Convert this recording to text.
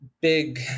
big